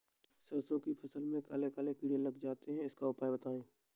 सरसो की फसल में काले काले कीड़े लग जाते इसका उपाय बताएं?